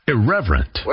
Irreverent